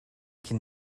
can